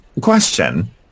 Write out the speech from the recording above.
Question